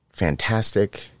fantastic